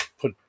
put